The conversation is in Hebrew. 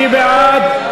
מי בעד?